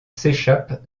s’échappe